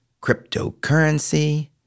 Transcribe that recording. cryptocurrency